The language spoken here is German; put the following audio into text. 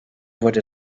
wurde